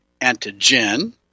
antigen